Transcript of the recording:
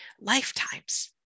lifetimes